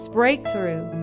breakthrough